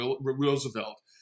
Roosevelt